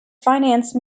finance